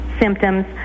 symptoms